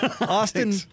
Austin